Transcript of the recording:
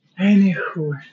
Anywho